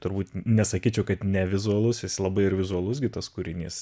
turbūt nesakyčiau kad nevizualus jis labai ir vizualus gi tas kūrinys